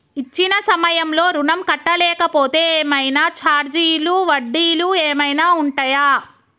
ఇచ్చిన సమయంలో ఋణం కట్టలేకపోతే ఏమైనా ఛార్జీలు వడ్డీలు ఏమైనా ఉంటయా?